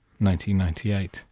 1998